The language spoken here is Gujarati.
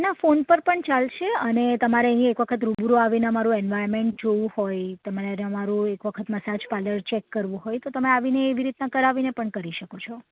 ના ફોન પર પણ ચાલશે અને તમારે અહીં એક વખત રૂબરૂ આવીને અમારું એન્વાયર્મેન્ટ જોવું હોય તમારે અમારું એક વખત મસાજ પાર્લર ચેક કરવું હોય તો તમે આવીને એવી રીતના કરાવીને પણ કરી શકો છો